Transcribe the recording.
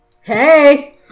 Hey